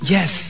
Yes